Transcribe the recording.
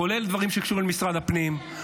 כולל דברים שקשורים למשרד הפנים,